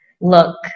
look